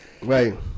Right